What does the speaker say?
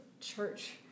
church